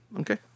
Okay